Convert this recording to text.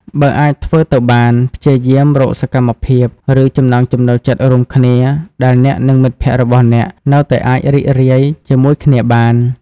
បើអាចធ្វើទៅបាន ព្យាយាមរកសកម្មភាព ឬចំណង់ចំណូលចិត្តរួមគ្នាដែលអ្នក និងមិត្តភក្តិរបស់អ្នកនៅតែអាចរីករាយជាមួយគ្នាបាន។